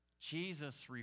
Jesus